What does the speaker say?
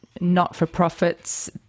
not-for-profits